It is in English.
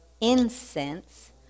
incense